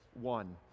one